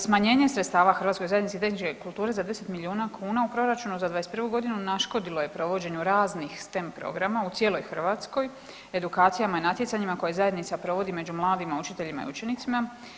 Smanjenje sredstava Hrvatskoj zajednici tehničke kulture za 10 milijuna kuna u proračunu za '21. g. naškodilo je provođenju raznih STEM programa u cijeloj Hrvatskoj, edukacijama i natjecanjima koje zajednica provodi među mladim učiteljima i učenicima.